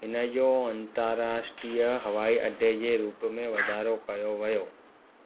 हिनजो अंतर्राष्ट्रीय हवाई अॾे जे रूप में वाधारो कयो वियो